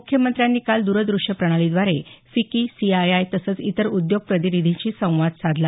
मुख्यमंत्र्यांनी काल दूरदृश्य प्रणालीद्वारे फिकी सीआयआय तसंच इतर उद्योग प्रतिनिधींशी संवाद साधला